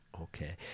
Okay